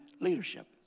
leadership